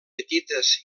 petites